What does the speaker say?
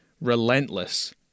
relentless